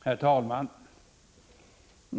Herr talman!